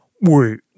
Wait